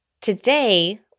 Today